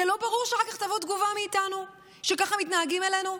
זה לא ברור שאחר כך תבוא תגובה מאיתנו כשככה מתנהגים אלינו?